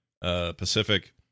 Pacific